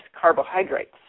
carbohydrates